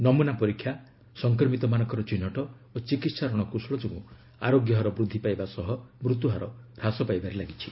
ନମ୍ରନା ପରୀକ୍ଷା ସଂକ୍ମିତମାନଙ୍କର ଚିହ୍ରଟ ଓ ଚିକିହା ରଣକୌଶଳ ଯୋଗୁଁ ଆରୋଗ୍ୟ ହାର ବୃଦ୍ଧି ପାଇବା ସହ ମୃତ୍ୟୁହାର ହ୍ରାସ ପାଇବାରେ ଲାଗିଛି